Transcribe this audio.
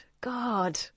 God